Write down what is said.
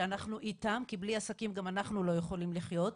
שאנחנו איתם כי בלי עסקים גם אנחנו לא יכולים לחיות,